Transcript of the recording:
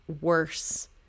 worse